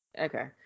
okay